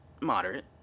moderate